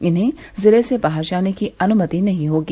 इन्हें जिले से बाहर जाने की अनुमति नहीं होगी